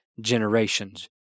Generations